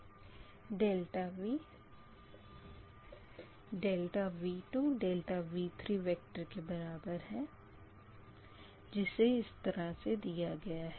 VV2 V3 इस तरह से दिया गया है